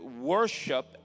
worship